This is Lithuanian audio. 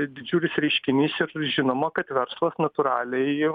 didžiulis reiškinys ir žinoma kad verslas natūraliai